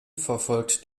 verfolgt